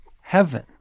heaven